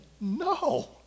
no